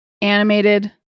animated